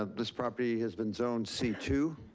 ah this property has been zoned c two,